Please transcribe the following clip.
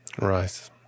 Right